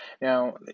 now